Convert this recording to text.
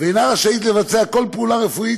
ואינה רשאית לבצע כל פעולה רפואית,